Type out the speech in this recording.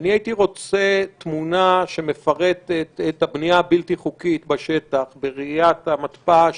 הייתי רוצה תמונה שמפרטת את הבנייה הבלתי חוקית בשטח בראיית המתפ"ש